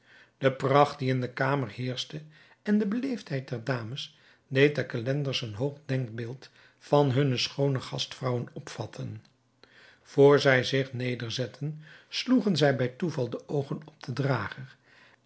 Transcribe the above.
de pracht die in de kamer heerschte en de beleefdheid der dames deed den calenders een hoog denkbeeld van hunne schoone gastvrouwen opvatten voor zij zich nederzetten sloegen zij bij toeval de oogen op den drager